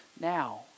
now